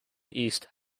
east